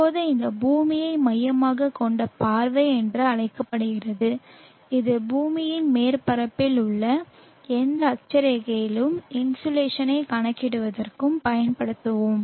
இப்போது இது பூமியை மையமாகக் கொண்ட பார்வை என்று அழைக்கப்படுகிறது இது பூமியின் மேற்பரப்பில் உள்ள எந்த அட்சரேகைகளிலும் இன்சோலேஷனைக் கணக்கிடுவதற்குப் பயன்படுத்துவோம்